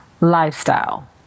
lifestyle